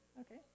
Okay